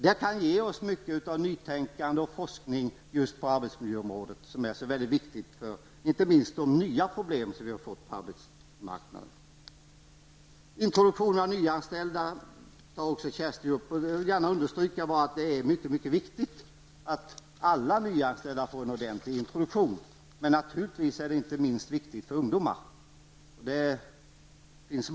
Detta kan ge oss mycket nytänkande och forskning just på arbetsmiljöområdet, som är så viktigt, inte minst med anledning av de nya problem som vi har fått på arbetsmarknaden. Introduktionen av nyanställda tar Kersi Johansson också upp. Här vill jag bara understryka att det är mycket viktigt att alla nyanställda får en ordentlig introduktion, men naturligtvis är det inte minst viktigt för ungdomar.